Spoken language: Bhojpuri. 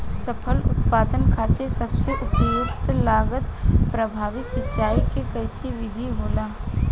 फसल उत्पादन खातिर सबसे उपयुक्त लागत प्रभावी सिंचाई के कइसन विधि होला?